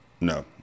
No